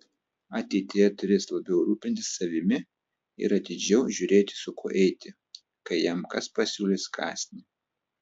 ateityje turės labiau rūpintis savimi ir atidžiau žiūrėti su kuo eiti kai jam kas pasiūlys kąsnį